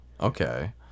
Okay